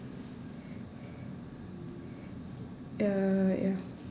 ya ya